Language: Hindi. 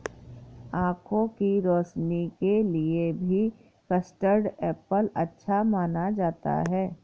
आँखों की रोशनी के लिए भी कस्टर्ड एप्पल अच्छा माना जाता है